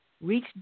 reach